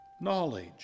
knowledge